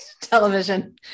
television